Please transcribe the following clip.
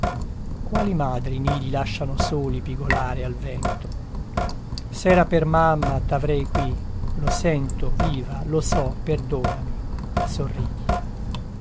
madri i nidi lasciano soli pigolare al vento sera per mamma tavrei qui lo sento viva lo so perdonami sorridi